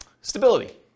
Stability